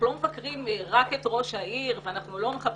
אנחנו לא מבקרים רק את ראש העיר ואנחנו לא מחפשים.